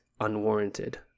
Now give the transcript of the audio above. unwarranted